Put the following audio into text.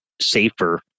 safer